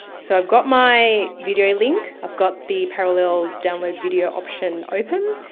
so i've got my video link, i've got the parallels' download video option open,